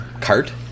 cart